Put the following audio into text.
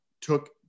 Took